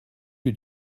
que